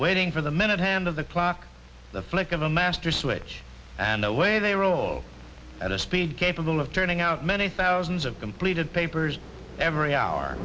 waiting for the minute hand of the clock the flick of a master switch and the way they roll at a speed capable of turning out many thousands of completed papers every hour